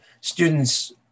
students